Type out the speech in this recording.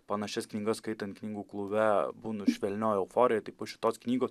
panašias knygas skaitant knygų klube būnu švelnioj euforijoj tai po šitos knygos